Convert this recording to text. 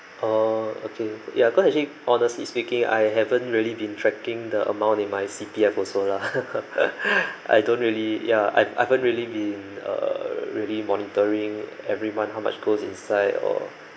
oh okay ya cause actually honestly speaking I haven't really been tracking the amount in my C_P_F also lah I don't really yeah I've I haven't really been err really monitoring every month how much goes inside or